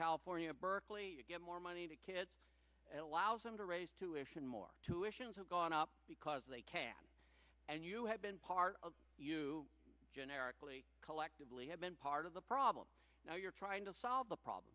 california berkeley to get more money to kids and allows them to raise tuition more tuitions have gone up because they can and you have been part of you generically collectively have been part of the problem now you're trying to solve the problem